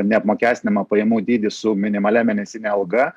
neapmokestinamą pajamų dydį su minimalia mėnesine alga